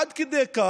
עד כדי כך,